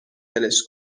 ولش